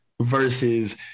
versus